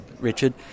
Richard